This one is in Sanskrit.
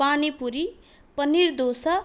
पानिपुरि पन्नीर् दोसा